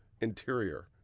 interior